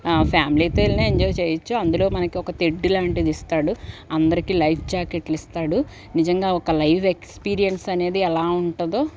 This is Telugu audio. ఫ్యామిలీతో వెళ్ళినా ఎంజాయ్ చేయచ్చు అందులో మనకి ఒక తెడ్డు లాంటిది ఇస్తాడు అందరికీ లైఫ్ జాకెట్లు ఇస్తాడు నిజంగా ఒక లైవ్ ఎక్స్పిరియన్సు ఎలా ఉంటుందో